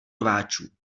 rváčů